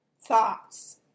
thoughts